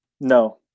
No